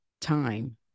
time